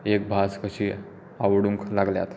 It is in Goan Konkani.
एक भास कशी आवडूंक लागल्या